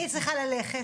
אני צריכה ללכת.